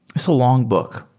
it's a long book.